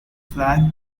flag